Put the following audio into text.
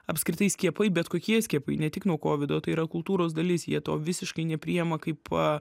apskritai skiepai bet kokie skiepai ne tik nuo kovido tai yra kultūros dalis jie to visiškai nepriima kaip